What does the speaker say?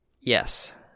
Yes